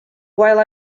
while